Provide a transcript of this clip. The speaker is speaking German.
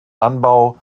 anbau